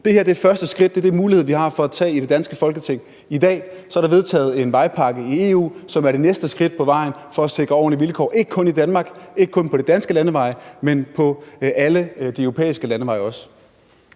Det her er første skridt; det er den mulighed, vi har at tage i det danske Folketing i dag. Så er der vedtaget en vejpakke i EU, som er det næste skridt på vejen for at sikre ordentlige vilkår, ikke kun i Danmark, ikke kun på de danske landeveje, men på alle de europæiske landeveje også.